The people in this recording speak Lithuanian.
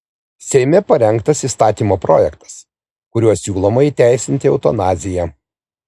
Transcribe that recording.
seime parengtas įstatymo projektas kuriuo siūloma įteisinti eutanaziją